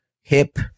hip